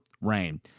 rain